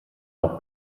auch